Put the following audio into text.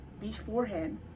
beforehand